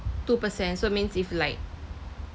two per cent so means if like